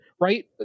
right